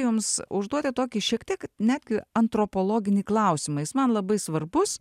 jums užduoti tokį šiek tiek netgi antropologinį klausimą jis man labai svarbus